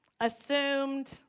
assumed